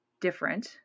different